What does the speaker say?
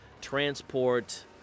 transport